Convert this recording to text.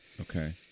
Okay